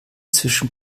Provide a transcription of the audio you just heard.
zwischen